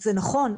זה נכון,